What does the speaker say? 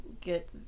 get